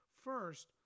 First